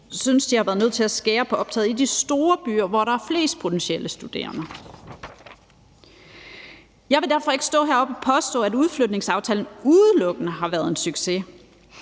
synes, de har været nødt til at skære på optaget i de store byer, hvor der er flest potentielle studerende. Jeg vil derfor ikke stå heroppe og påstå, at udflytningsaftalen udelukkende har været en succes.